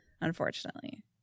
unfortunately